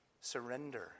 Surrender